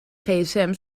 gsm